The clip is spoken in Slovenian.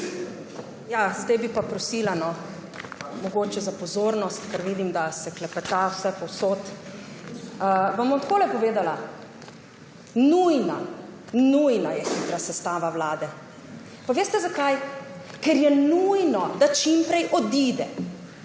Zdaj bi pa prosila za pozornost, ker vidim, da se klepeta vsepovsod. Takole vam bom povedala. Nujna, nujna je hitra sestava vlade. Veste, zakaj? Ker je nujno, da čim prej odide